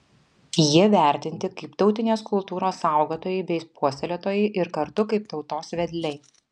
jie vertinti kaip tautinės kultūros saugotojai bei puoselėtojai ir kartu kaip tautos vedliai